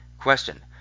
Question